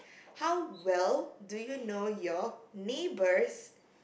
how well do you know your neighbours